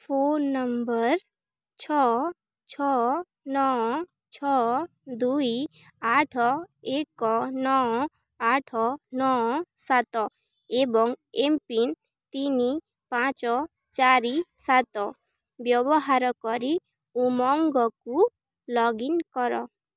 phone number ଛଅ ଛଅ ନଅ ଛଅ ଦୁଇ ଆଠ ଏକ ନଅ ଆଠ ନଅ ସାତ ଏବଂ ଏମ୍ ପିନ୍ ତିନି ପାଞ୍ଚ ଚାରି ସାତ ବ୍ୟବହାର କରି ଉମଙ୍ଗକୁ ଲଗ୍ ଇନ୍ କର